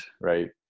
Right